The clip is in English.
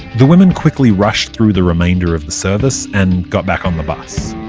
the women quickly rushed through the remainder of the service, and got back on the bus